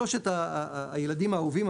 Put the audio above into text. שלושת הילדים האהובים,